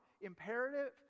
Imperative